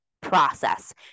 process